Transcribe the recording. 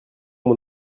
mon